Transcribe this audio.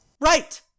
Right